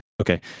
okay